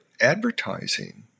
advertising